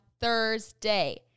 Thursday